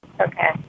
Okay